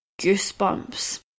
goosebumps